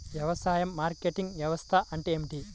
వ్యవసాయ మార్కెటింగ్ వ్యవస్థ అంటే ఏమిటి?